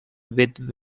with